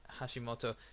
Hashimoto